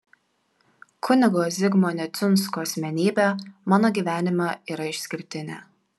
kunigo zigmo neciunsko asmenybė mano gyvenime yra išskirtinė